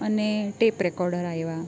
અને tape recorder આવ્યાં